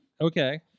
Okay